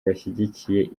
bashyigikiye